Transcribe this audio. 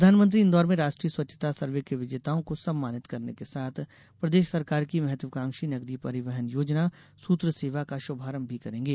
प्रधानमंत्री इन्दौर में राष्ट्रीय स्वच्छता सर्वे के विजेताओं को सम्मानित करने के साथ प्रदेश सरकार की महत्वाकांक्षी नगरीय परिवहन योजना सूत्र सेवा का शुभारंभ भी करेंगे